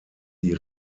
die